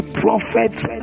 prophet's